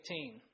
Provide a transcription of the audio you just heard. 18